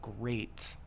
great